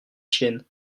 chiennes